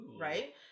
right